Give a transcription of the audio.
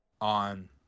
on